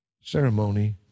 ceremony